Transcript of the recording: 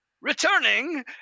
returning